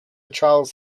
charles